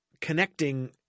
connecting